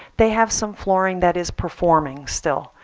they have some flooring that is performing still.